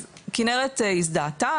אז כנרת הזדהתה,